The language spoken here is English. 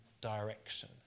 direction